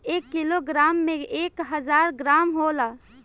एक किलोग्राम में एक हजार ग्राम होला